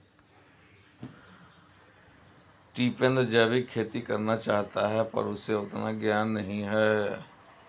टिपेंद्र जैविक खेती करना चाहता है पर उसे उतना ज्ञान नही है